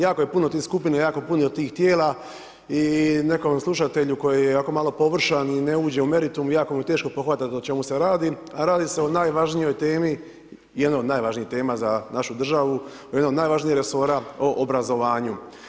Jako je puno tih skupina, jako puno tih tijela i nekom slušatelju koji je ovako malo površan i ne uđe u meritum, jako mu je teško pohvatati o čemu se radi, a radi se o najvažnijoj temi, jednoj od najvažnijih tema za našu državu u jednom od najvažnijih resora o obrazovanju.